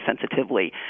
sensitively